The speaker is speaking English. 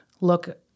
look